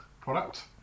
product